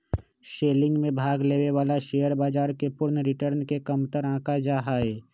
selling में भाग लेवे वाला शेयर बाजार के पूर्ण रिटर्न के कमतर आंका जा हई